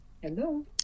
Hello